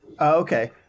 Okay